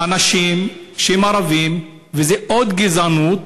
אנשים שהם ערבים, וזה עוד גזענות.